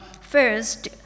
first